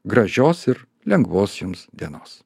gražios ir lengvos jums dienos